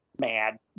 mad